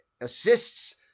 assists